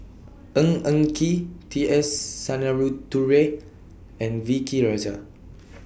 Ng Eng Kee T S Sinnathuray and V K Rajah